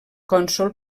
cònsol